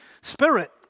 spirit